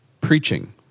Preaching